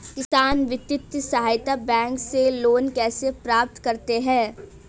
किसान वित्तीय सहायता बैंक से लोंन कैसे प्राप्त करते हैं?